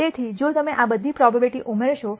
તેથી જો તમે આ બધી પ્રોબેબીલીટી ઉમેરશો